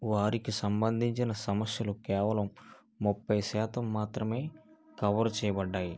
వారికి సంబంధించిన సమస్యలు కేవలం ముప్పై శాతం మాత్రమే కవర్ చేయబడ్డాయి